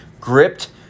gripped